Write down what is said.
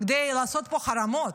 כדי לעשות פה חרמות.